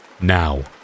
Now